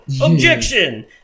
Objection